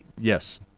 Yes